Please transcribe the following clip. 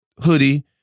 hoodie